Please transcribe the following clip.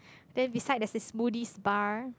then beside there's this smoothie's bar